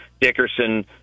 Dickerson